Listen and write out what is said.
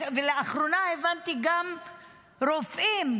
ולאחרונה הבנתי שגם רופאים,